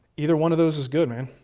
either one of those is good, man.